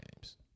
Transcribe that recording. games